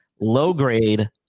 low-grade